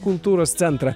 kultūros centrą